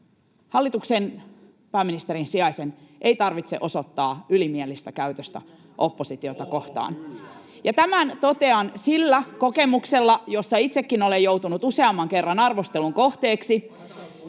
hallituksen pääministerin sijaisen ei tarvitse osoittaa ylimielistä käytöstä oppositiota kohtaan. Tämän totean sillä kokemuksella, jossa itsekin olen joutunut useamman kerran arvostelun kohteeksi.